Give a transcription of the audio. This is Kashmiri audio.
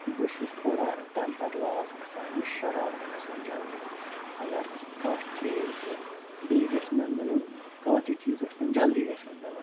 بہٕ چھُس تھوڑا ٹٮ۪مپر لاس گَژھان مےٚ چھِ شرارت کھسان جلدی اگر کانٛہہ چیٖز یہِ بیٚیہِ گَژھہِ مےٚ مِلُن کانٛہہ تہِ چیٖز ٲستن جلدی گژھِ مےٚ مِلُن